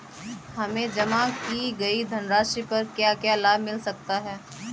हमें जमा की गई धनराशि पर क्या क्या लाभ मिल सकता है?